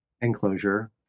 enclosure